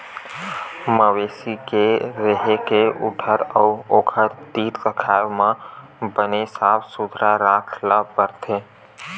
मवेशी के रेहे के ठउर अउ ओखर तीर तखार ल बने साफ सुथरा राखे ल परथे